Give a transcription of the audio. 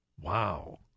Wow